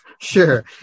sure